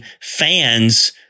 fans